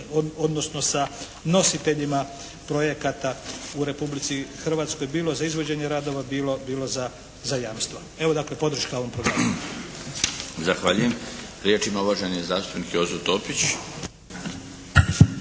odnosno sa nositeljima projekata u Republici Hrvatskoj bilo za izvođenje radova, bilo za jamstva. Evo dakle podrška ovom programu. **Milinović, Darko (HDZ)** Zahvaljujem. Riječ ima uvaženi zastupnik Jozo Topić.